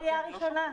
קריאה ראשונה.